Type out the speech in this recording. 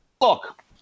Look